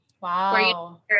Wow